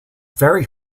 very